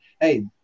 hey